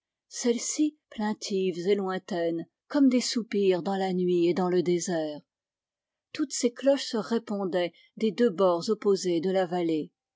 celles-ci plaintives et lointaines comme des soupirs dans la nuit et dans le désert toutes ces cloches se répondaient des deux bords opposés de la vallée